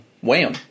Wham